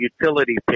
utility